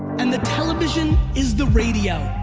and the television is the radio.